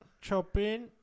Chopin